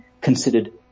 considered